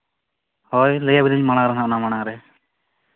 ᱦᱳᱭ ᱞᱟᱹᱭ ᱵᱤᱱᱟᱹᱧ ᱢᱟᱲᱟᱝ ᱨᱮᱦᱟᱸᱜ ᱚᱱᱟ ᱢᱟᱲᱟᱝ ᱨᱮ